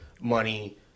money